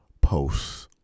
posts